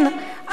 כן,